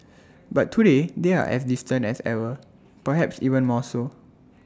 but today they are as distant as ever perhaps even more so